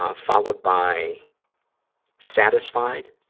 ah followed by satisfied.